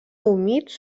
humits